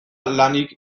lanik